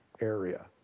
area